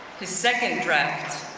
his second draft,